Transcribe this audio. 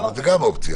זו גם אופציה.